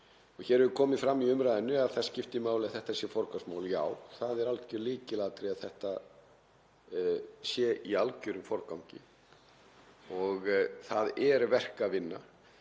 Hér hefur komið fram í umræðunni að það skipti máli að þetta sé forgangsmál. Já, það er algjört lykilatriði að þetta sé í algjörum forgangi og það er verk að vinna.